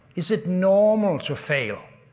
is it normal to fail?